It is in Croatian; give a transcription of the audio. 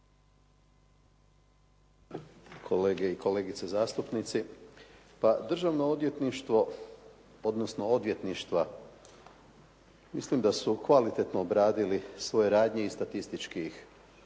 Kolege i kolegice zastupnici. Državno odvjetništvo odnosno odvjetništva mislim da su kvalitetno obradili svoje radnje i statistički